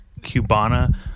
Cubana